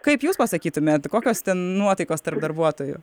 kaip jūs pasakytumėt kokios ten nuotaikos tarp darbuotojų